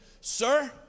sir